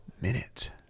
Minute